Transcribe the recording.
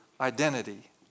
identity